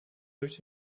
durch